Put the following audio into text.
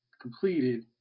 completed